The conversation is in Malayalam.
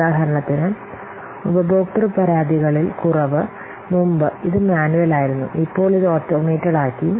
ഉദാഹരണത്തിന് ഉപഭോക്തൃ പരാതികളിൽ കുറവ് മുമ്പ് ഇത് മാനുവൽ ആയിരുന്നു ഇപ്പോൾ ഇത് ഓട്ടോമേറ്റഡ് ആക്കി